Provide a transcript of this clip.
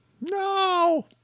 No